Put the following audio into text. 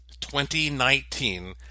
2019